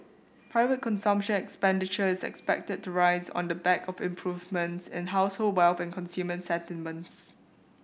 private consumption expenditure is expected to rise on the back of improvements in household wealth and consumer sentiments